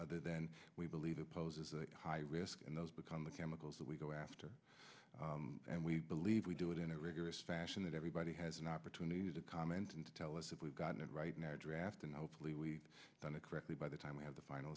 other than we believe it poses a high risk in those become the chemicals that we go after and we believe we do it in a rigorous fashion that everybody has an opportunity to comment and to tell us if we've gotten it right now a draft and hopefully we done a correctly by the time we have the final